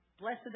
Blessed